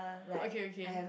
okay okay